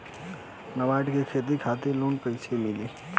नाबार्ड से खेती खातिर लोन कइसे मिली?